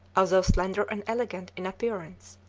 although slender and elegant in appearance,